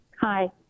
hi